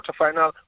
quarterfinal